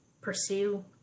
pursue